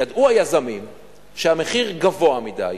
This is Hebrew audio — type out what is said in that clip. ידעו היזמים שהמחיר גבוה מדי,